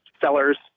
sellers